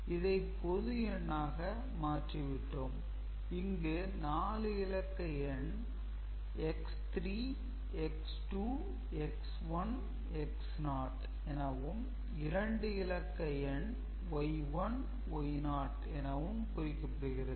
இதைப் பொது எண்ணாக மாற்றி விட்டோம் இங்கு 4 இலக்க எண் X3 X2 X1 X0 எனவும் இரண்டு இலக்க எண் Y1 Y0 எனவும் குறிக்கப்படுகிறது